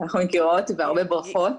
אנחנו מכירות והרבה בעופות.